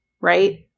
right